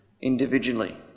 individually